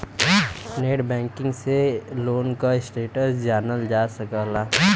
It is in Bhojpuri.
नेटबैंकिंग से लोन क स्टेटस जानल जा सकला